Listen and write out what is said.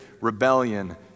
rebellion